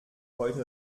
heute